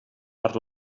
per